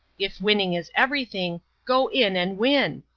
if winning is everything, go in and win!